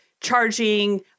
charging